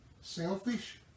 selfish